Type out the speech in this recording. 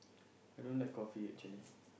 I don't like coffee actually